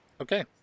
Okay